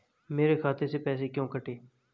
मेरे खाते से पैसे क्यों कटे?